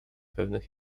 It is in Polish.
pewnych